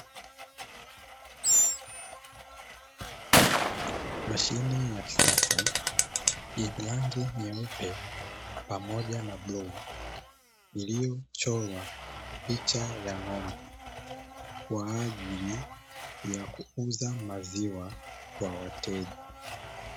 Mashine ya kisasa yenye rangi nyeupe pamoja na bluu iliyochorwa picha ya ng'ombe kwa ajili ya kuuza maziwa kwa wateja.